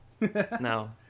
No